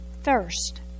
thirst